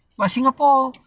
but singapore